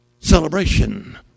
celebration